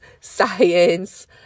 science